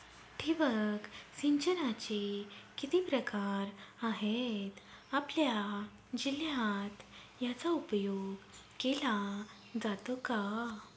ठिबक सिंचनाचे किती प्रकार आहेत? आपल्या जिल्ह्यात याचा उपयोग केला जातो का?